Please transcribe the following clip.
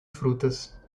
frutas